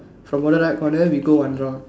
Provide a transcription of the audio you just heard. from bottom right corner we go one round